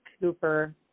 Cooper